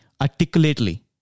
articulately